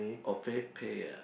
oh FavePay ah